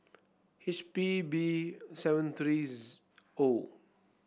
H P B seven three O